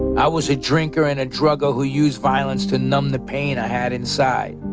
i was a drinker and a drugger who used violence to numb the pain i had inside.